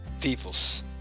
People's